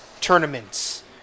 tournaments